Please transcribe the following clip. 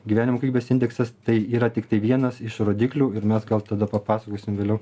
gyvenimo kokybės indeksas tai yra tiktai vienas iš rodiklių ir mes gal tada papasakosim vėliau